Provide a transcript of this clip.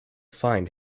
find